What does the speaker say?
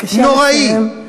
בבקשה לסיים.